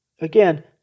Again